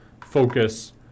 focus